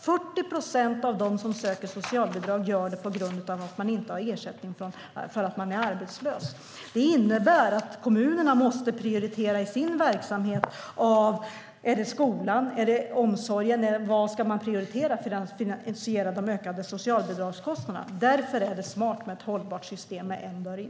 40 procent av dem som söker socialbidrag gör det på grund av att de inte har någon ersättning för att de är arbetslösa. Det innebär att kommunerna måste prioritera i sin verksamhet. Är det skolan, är det omsorgen eller vad är det som de ska prioritera för att finansiera de ökade socialbidragskostnaderna? Därför är det smart med ett hållbart system med en dörr in.